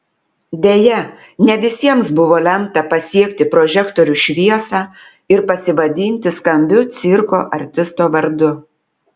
deja ne visiems buvo lemta pasiekti prožektorių šviesą ir pasivadinti skambiu cirko artisto vardu